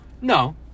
No